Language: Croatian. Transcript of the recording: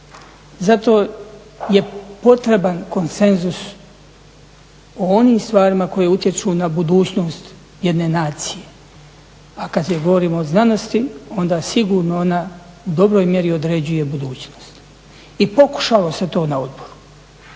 Zato je potreban konsenzus o onim stvarima koje utječu na budućnost jedne nacije. A kad govorimo o znanosti onda sigurno ona u dobroj mjeri određuje budućnosti. I pokušalo se to na odboru